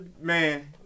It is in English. man